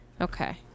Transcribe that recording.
Okay